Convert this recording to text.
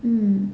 hmm